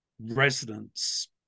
resonance